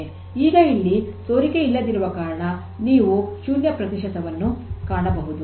ಈಗ ಇಲ್ಲಿ ಸೋರಿಕೆ ಇಲ್ಲದಿರುವ ಕಾರಣ ನೀವು ಶೂನ್ಯ ಪ್ರತಿಶತ ವನ್ನು ನೋಡಬಹುದು